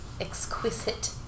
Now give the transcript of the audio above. exquisite